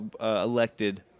elected